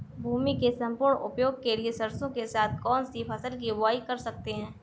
भूमि के सम्पूर्ण उपयोग के लिए सरसो के साथ कौन सी फसल की बुआई कर सकते हैं?